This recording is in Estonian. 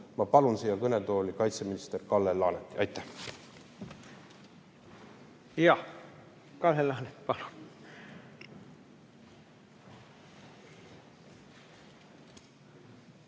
Ma palun siia kõnetooli kaitseminister Kalle Laaneti. Aitäh! Kalle Laanet, palun!